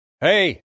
Hey